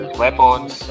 weapons